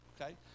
okay